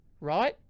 right